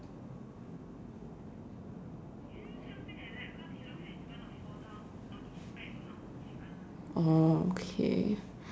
oh okay